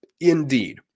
indeed